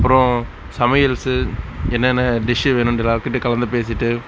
அப்புறம் சமையல் என்னென்ன டிஷ்ஷூ வேணும்டு எல்லார்கிட்டயும் கலந்து பேசிவிட்டு